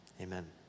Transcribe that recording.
amen